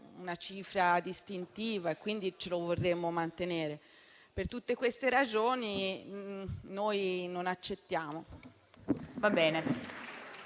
una cifra distintiva, quindi la vorremmo mantenere. Per tutte queste ragioni, noi non accettiamo